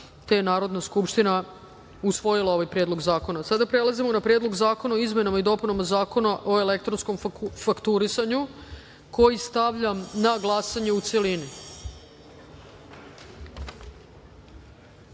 poslanika. Narodna skupština je usvojila ovaj Predlog zakona. Sada prelazimo na Predlog zakona o izmenama i dopunama Zakona o elektronskom fakturisanju, koji stavljam na glasanje u